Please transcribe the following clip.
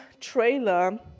trailer